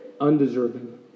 undeserving